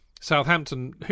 Southampton